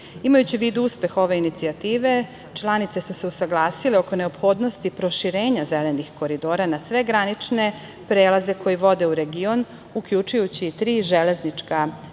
Imajući u vidu uspeh ove inicijative, članice su se usaglasile oko neophodnosti proširenja zelenih koridora na sve granične prelaze koji vode u region, uključujući tri železnička granična